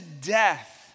death